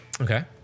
Okay